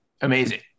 Amazing